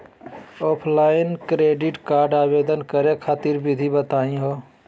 Offline credit card आवेदन करे खातिर विधि बताही हो?